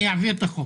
אני אעביר את החוק.